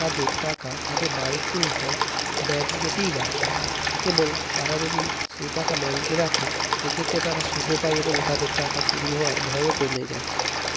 তাদের টাকা তাদের বাড়ির তুলনায় ব্যাঙ্কেতেই রাখে এবং তারা যদি সেই টাকা ব্যাঙ্কে রাখে সেক্ষেত্রে তারা সুদও পায় এবং তাদের টাকা চুরি হওয়ার ভয়ও কমে যায়